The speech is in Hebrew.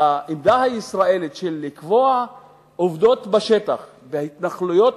העמדה הישראלית שקובעת עובדות בשטח בהתנחלויות,